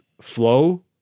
flow